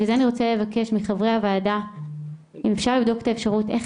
לכן אני רוצה לבקש מחברי הוועדה אם אפשר לבדוק את האפשרות איך